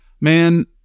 Man